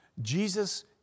Jesus